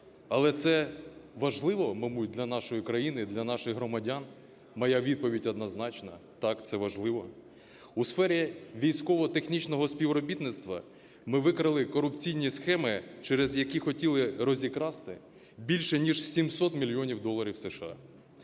але це важливо, мабуть, для нашої країни, для наших громадян, моя відповідь однозначна – так, це важливо. У сфері військово-технічного співробітництва ми викрили корупційні схеми, через які хотіли розікрасти більше ніж 700 мільйонів доларів США.